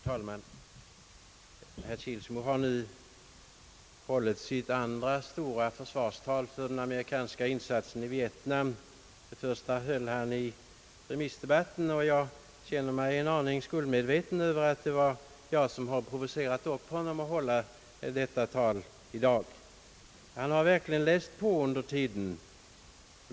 Herr talman! Herr Kilsmo har nu hållit sitt andra stora försvarstal för den amerikanska insatsen i Vietnam. Det första höll han i remissdebatten, och jag känner mig en aning skuldmedveten över, att jag provocerat honom till det anförande han höll här i dag. Han har verkligen läst på under tiden.